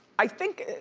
i think,